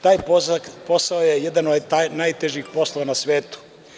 Taj posao je jedan od najtežih poslova na svetu.